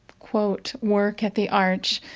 quote, work at the arch,